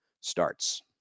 starts